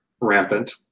rampant